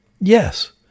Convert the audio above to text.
Yes